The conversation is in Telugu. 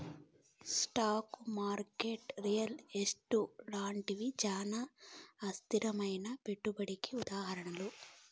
స్టాకు మార్కెట్ రియల్ ఎస్టేటు లాంటివి చానా అస్థిరమైనా పెట్టుబడికి ఉదాహరణలు